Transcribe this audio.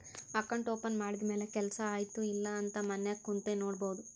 account open ಮಾಡಿದ ಮ್ಯಾಲ ಕೆಲ್ಸಾ ಆಯ್ತ ಇಲ್ಲ ಅಂತ ಮನ್ಯಾಗ್ ಕುಂತೆ ನೋಡ್ಬೋದ್